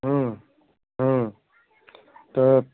तो